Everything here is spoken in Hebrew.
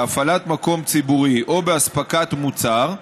בהפעלת מקום ציבורי או בהספקת מוצר,